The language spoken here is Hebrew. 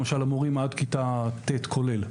למשל המורים עד כיתה ט' כולל,